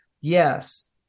Yes